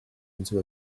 into